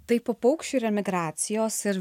taip po paukščių ir emigracijos ir